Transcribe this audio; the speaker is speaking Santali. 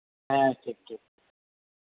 ᱦᱮᱸ ᱴᱷᱤᱠ ᱴᱷᱤᱠ